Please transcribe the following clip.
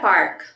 Park